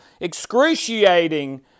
excruciating